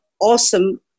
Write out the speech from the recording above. awesome